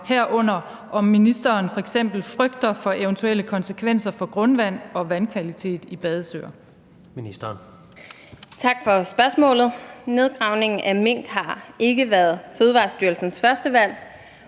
om ministeren f.eks. frygter for eventuelle konsekvenser for grundvand og vandkvalitet i badesøer?